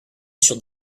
sur